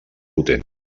potent